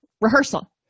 rehearsal